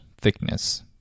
thickness